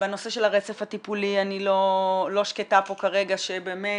בנושא של הרצף הטיפולי אני לא שקטה פה כרגע שבאמת